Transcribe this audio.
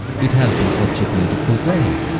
it has been such a beautiful day,